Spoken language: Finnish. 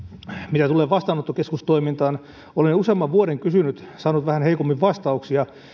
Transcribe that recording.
mitä tulee vastaanottokeskustoimintaan olen useamman vuoden kysynyt saanut vähän heikommin vastauksia